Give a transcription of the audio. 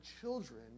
children